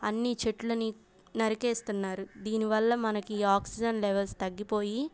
అన్ని చెట్లను నరికేస్తున్నారు దీనివల్ల మనకి ఆక్సిజన్ లెవెల్స్ తగ్గిపోయి